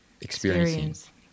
experiencing